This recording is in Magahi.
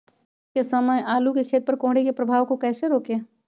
ठंढ के समय आलू के खेत पर कोहरे के प्रभाव को कैसे रोके?